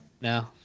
No